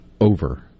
over